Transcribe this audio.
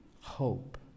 hope